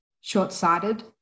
short-sighted